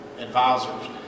advisors